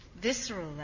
visceral